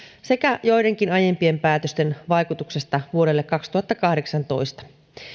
sekä joidenkin aiempien päätösten vaikutuksesta vuodelle kaksituhattakahdeksantoista